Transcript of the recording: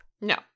no